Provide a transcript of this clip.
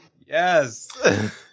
yes